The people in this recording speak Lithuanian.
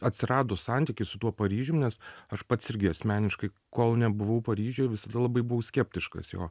atsirado santykis su tuo paryžium nes aš pats irgi asmeniškai kol nebuvau paryžiuje visada labai buvau skeptiškas jo